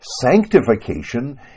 Sanctification